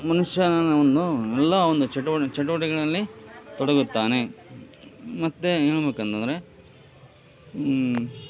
ಮನುಷ್ಯನ ಒಂದು ಎಲ್ಲಾ ಒಂದು ಚಟುವಟಿಕೆಗಳಲ್ಲಿ ತೊಡಗುತ್ತಾನೆ ಮತ್ತು ಹೇಳ್ಬೇಕಂತಂದ್ರೆ